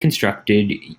constructed